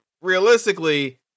realistically